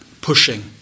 pushing